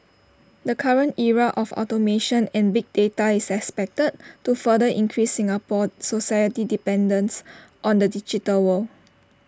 the current era of automation and big data is expected to further increase Singapore society's dependence on the digital world